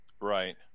right